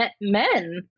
men